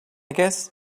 guess